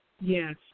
yes